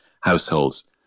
households